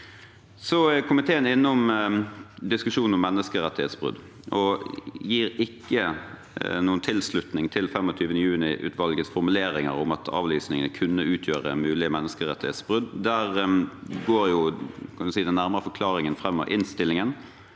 – Komiteen er innom diskusjonen om menneskerettighetsbrudd og gir ikke noen tilslutning til 25. juniutvalgets formuleringer om at avlysningene kunne utgjøre mulige menneskerettighetsbrudd. Der går den nærmere forklaringen fram av innstillingen,